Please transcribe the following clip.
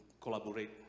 collaborate